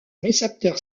récepteur